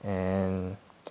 and